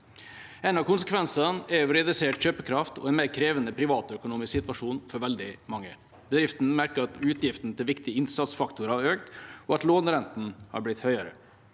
En av konsekvensene er redusert kjøpekraft og en mer krevende privatøkonomisk situasjon for veldig mange. Bedriftene merker at utgiftene til viktige innsatsfaktorer har økt, og at lånerentene har blitt høyere.